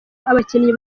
abakinnyi